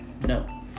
No